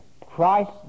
Christ